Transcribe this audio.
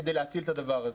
כדי להציל את הדבר הזה.